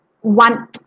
One